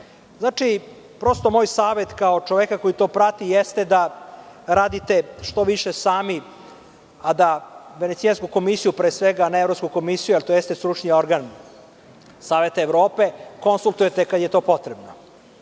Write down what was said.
itd. Znači, prosto moj savet, kao čoveka koji to prati, jeste da radite što više sami a da Venecijansku komisiju pre svega, ne Evropsku komisiju jer to jeste stručni organ Saveta Evrope, konsultujete kada je to potrebno. Čuli